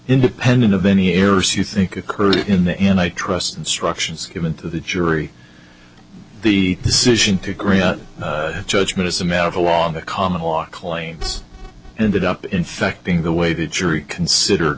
independent of any errors you think occurred in the end i trust instructions given to the jury the decision to grant judgment as a met along the common law claims ended up infecting the way the jury consider